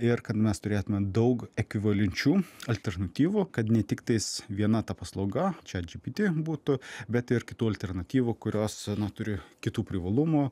ir kad mes turėtumėm daug ekvivalenčių alternatyvų kad netiktais viena ta paslauga chatgpt būtų bet ir kitų alternatyvų kurios na turi kitų privalumų